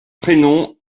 prénom